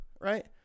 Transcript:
right